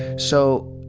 so,